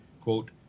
quote